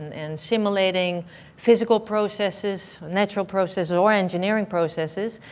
and simulating physical processes, natural process and or engineering processes.